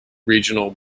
regional